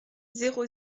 zéro